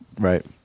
Right